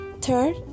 Third